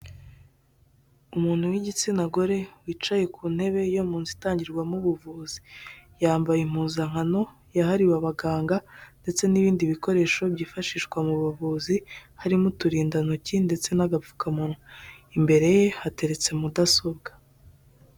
Umuntu w'igitsina gore, wicaye ku ntebe yo mu nzu itangirwamo ubuvuzi, yambaye impuzankano yahariwe abaganga ndetse n'ibindi bikoresho byifashishwa mu buvuzi, harimo uturindantoki ndetse n'agapfukamunwa, imbere ye hateretse mudasobwa.